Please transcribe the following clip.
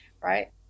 right